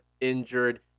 injured